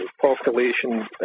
population